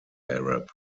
arab